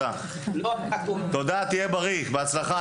תהיה בריא, בהצלחה.